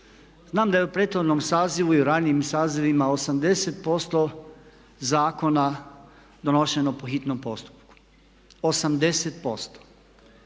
znam da je u prethodnom sazivu i u ranijim sazivima 80% zakona donošeno po hitnom postupku, 80%.